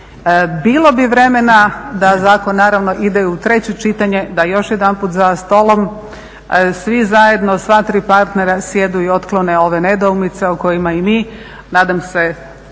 Bilo bi vremena da zakon naravno ide u treće čitanje, da još jedanput za stolom svi zajedno, sva tri partnera sjednu i otklone ove nedoumice o kojima i mi, nadam se,